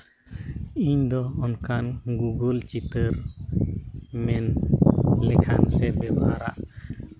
ᱤᱧᱫᱚ ᱚᱱᱠᱟᱱ ᱜᱩᱜᱩᱞ ᱪᱤᱛᱟᱹᱨ ᱢᱮᱱ ᱞᱮᱠᱷᱟᱱ ᱥᱮ ᱵᱮᱵᱷᱟᱨᱟᱜ